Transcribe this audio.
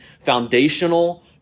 Foundational